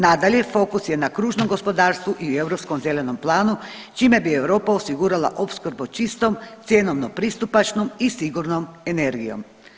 Nadalje, fokus je na kružnom gospodarstvom i u europskom zelenom planu čime bi Europa osigurala opskrbu čistom, cjenovno pristupačnom i sigurnom energijom.